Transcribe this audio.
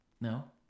No